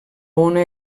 ona